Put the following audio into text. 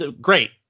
great